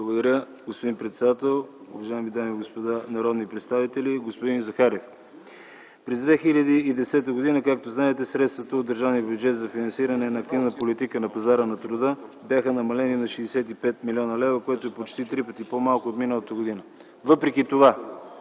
Благодаря, господин председател. Уважаеми дами и господа народни представители, господин Захариев! През 2010 г., както знаете, средствата от държавния бюджет за финансиране на активната политика на пазара на труда бяха намалени на 65 млн. лв., което е почти три пъти по-малко от миналата година. Въпреки това